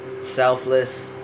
selfless